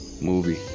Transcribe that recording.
movie